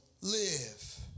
live